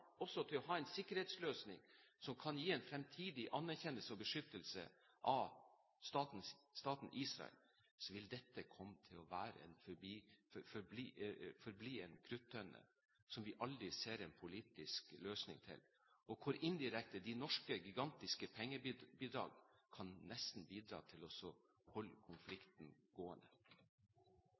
til også å ha en sikkerhetsløsning som kan gi en fremtidig anerkjennelse og beskyttelse av staten Israel, vil dette komme til å forbli en kruttønne som vi aldri ser en politisk løsning på, og hvor de norske gigantiske pengebidrag indirekte nesten kan bidra til å holde konflikten gående.